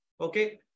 Okay